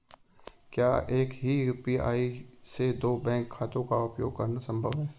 क्या एक ही यू.पी.आई से दो बैंक खातों का उपयोग करना संभव है?